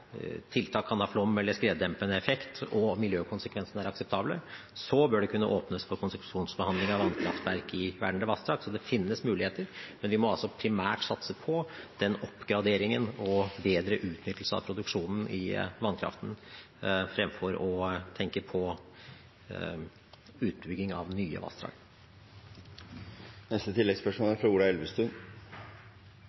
tiltak kan ha flom- eller skreddempende effekt og miljøkonsekvensene er akseptable, bør det kunne åpnes for konsesjonsbehandling av vannkraftverk i vernede vassdrag. Så det finnes muligheter, men vi må primært satse på oppgradering og bedre utnyttelse av produksjonen i vannkraften fremfor å tenke på utbygging av nye